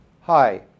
Hi